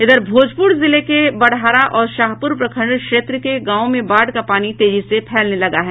इधर भोजपुर जिले के बड़हरा और शाहपुर प्रखंड क्षेत्र के गांवों में बाढ़ का पानी तेजी से फैलने लगा है